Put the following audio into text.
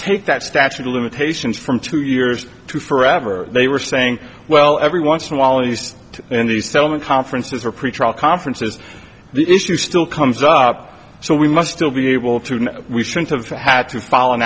take that statute of limitations from two years to forever they were saying well every once in while he's in the settlement conferences or pretrial conferences the issue still comes up so we must still be able to and we should have had to follow an